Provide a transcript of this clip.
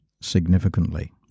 significantly